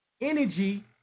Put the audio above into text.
Energy